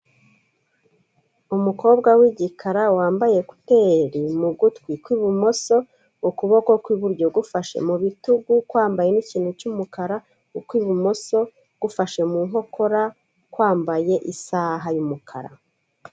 Umukobwa w'igikara wambaye ekuteri mu gutwi kw'ibumoso ukuboko kw'iburyo gufashe mu bitugu kwambaye n'ikintu cy'umukara, ukw'ibumoso gufashe mu nkokora kwambaye isaha y'umukara.